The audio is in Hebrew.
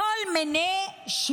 מה שנקרא, כל מיני שמות